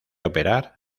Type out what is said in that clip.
operar